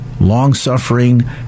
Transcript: long-suffering